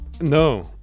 No